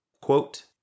Quote